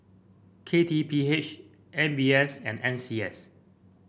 K T P H M B S and N C S